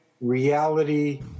reality